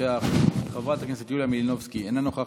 חבר הכנסת ניצן הורוביץ, אינו נוכח,